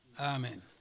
Amen